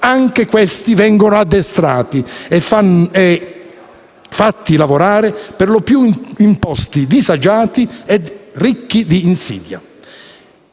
Anche questi animali vengono addestrati e fatti lavorare per lo più in posti disagiati e ricchi di insidie.